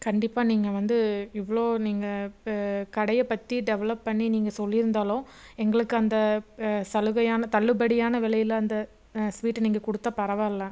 கண்டிப்பாக நீங்கள் வந்து இவ்வளோ நீங்கள் இப்போ கடையை பற்றி டெவலப் பண்ணி நீங்கள் சொல்லியிருந்தாலும் எங்களுக்கு அந்த சலுகையான தள்ளுபடியான விலையில அந்த ஸ்வீட்டை நீங்கள் கொடுத்தா பரவாயில்ல